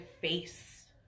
face